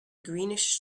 greenish